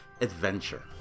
adventure